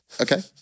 Okay